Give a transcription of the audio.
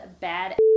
bad